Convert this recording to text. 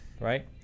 right